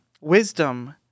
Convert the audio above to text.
Wisdom